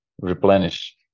replenish